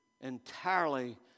entirely